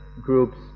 groups